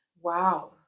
wow